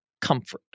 comfort